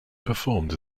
performed